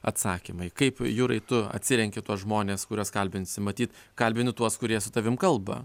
atsakymai kaip jurai tu atsirenki tuos žmones kuriuos kalbinsi matyt kalbini tuos kurie su tavim kalba